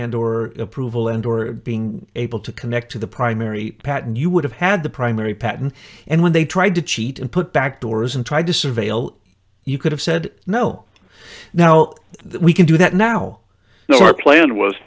and or approval and or being able to connect to the primary patent you would have had the primary patent and when they tried to cheat and put back doors and tried to surveil you could have said no now that we can do that now your plan was